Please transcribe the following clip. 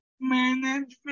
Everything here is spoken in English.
management